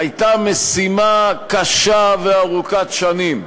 זו הייתה משימה קשה וארוכת שנים.